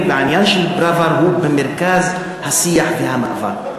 והעניין של פראוור הם במרכז השיח והמאבק.